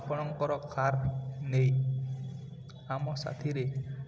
ଆପଣଙ୍କର କାର୍ ନେଇ ଆମ ସାଥିରେ